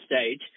stage